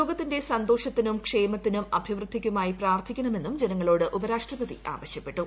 ലോകത്തിന്റെ സന്തോഷത്തിനും ക്ഷേമത്തിനും അഭിവൃദ്ധിക്കുമായി പ്രാർത്ഥിക്കണമെന്നും ജനങ്ങളോട് ഉപരാഷ്ട്രപതി ആവശ്യപ്പെട്ടു